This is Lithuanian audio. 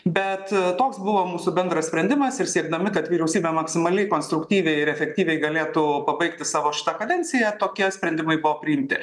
bet toks buvo mūsų bendras sprendimas ir siekdami kad vyriausybė maksimaliai konstruktyviai ir efektyviai galėtų pabaigti savo kadenciją tokie sprendimai buvo priimti